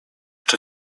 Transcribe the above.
czy